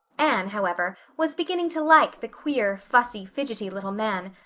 anne, however, was beginning to like the queer, fussy, fidgety little man,